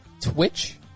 Twitch